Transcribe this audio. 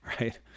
right